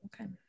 okay